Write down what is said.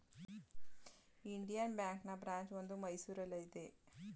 Indian ಬ್ಯಾಂಕ್ನ branch ಒಂದು ಮೈಸೂರಲ್ಲಿದೆ